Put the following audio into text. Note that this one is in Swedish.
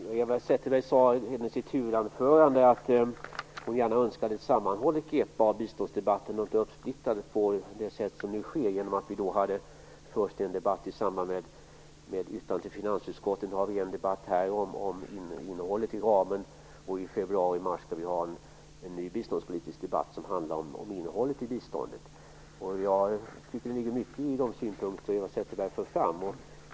Herr talman! Eva Zetterberg sade i sitt huvudanförande att hon önskade ett sammanhållet grepp när det gäller biståndsdebatten och inte en uppsplittrad debatt på det sätt som nu sker. Först hade vi en debatt i samband med yttrandet till finansutskottet. Nu har vi en debatt om innehållet i ramen. I februari-mars skall vi ha en ny biståndspolitisk debatt som skall handla om innehållet i biståndet. Jag tycker att det ligger mycket i de synpunkter som Eva Zetterberg för fram.